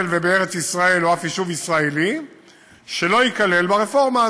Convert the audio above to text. ובארץ-ישראל שלא ייכלל ברפורמה הזאת.